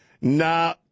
Nah